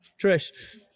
Trish